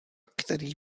který